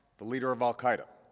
the leader of al qaeda,